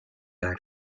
aro